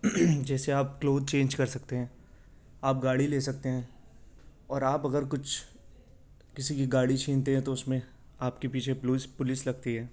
جیسے آپ cloth change کر سکتے ہیں آپ گاڑی لے سکتے ہیں اور آپ اگر کچھ کسی کی گاڑی چھینتے ہیں تو اس میں آپ کے پیچھے پولس پولیس لگتی ہے